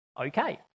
okay